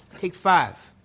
take five!